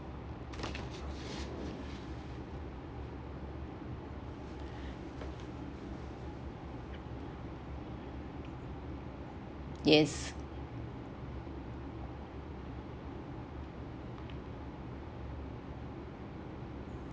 yes